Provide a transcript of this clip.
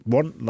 one